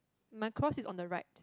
my cross is on the right